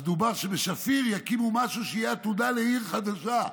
אז דובר שבשפיר יקימו משהו שיהיה עתודה לעיר חדשה.